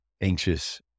anxious